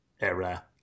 Era